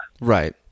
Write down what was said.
Right